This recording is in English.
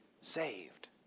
saved